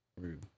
Rude